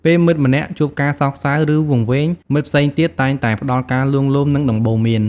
ពេលមិត្តម្នាក់ជួបការសោកសៅ ឬវង្វេង មិត្តផ្សេងទៀតតែងតែផ្តល់ការលួងលោម និងដំបូន្មាន។